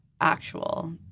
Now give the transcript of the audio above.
actual